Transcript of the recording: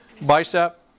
bicep